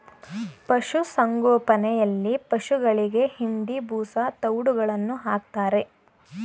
ಪಶುಸಂಗೋಪನೆಯಲ್ಲಿ ಪಶುಗಳಿಗೆ ಹಿಂಡಿ, ಬೂಸಾ, ತವ್ಡುಗಳನ್ನು ಹಾಕ್ತಾರೆ